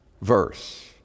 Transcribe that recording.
verse